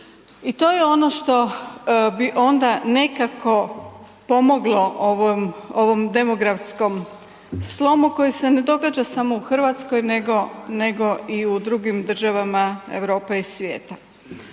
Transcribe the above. I to je ono što bi onda nekako pomoglo ovom demografskom slomu koji se ne događa samo u Hrvatskoj nego i u drugim državama Europe i svijeta